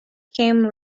came